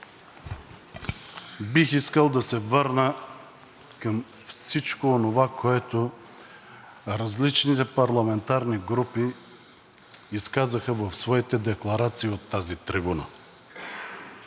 Бих искал да се върна към всичко онова, което различните парламентарни групи изказаха в своите декларации от тази трибуна.